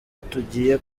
tugiye